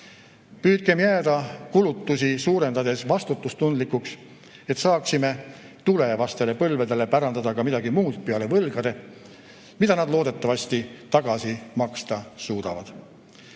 Püüdkem jääda kulutusi suurendades vastutustundlikuks, et saaksime tulevastele põlvedele pärandada ka midagi muud peale võlgade, mida nad loodetavasti tagasi maksta suudavad.